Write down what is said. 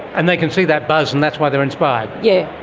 and they can see that buzz and that's why they're inspired. yeah